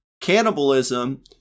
cannibalism